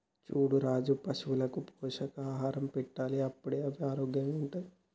చూడు రాజు పశువులకు పోషకాహారం పెట్టాలి అప్పుడే అవి ఆరోగ్యంగా ఉంటాయి